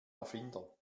erfinder